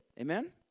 Amen